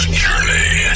journey